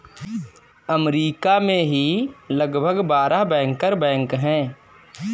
अमरीका में ही लगभग बारह बैंकर बैंक हैं